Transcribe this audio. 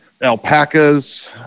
alpacas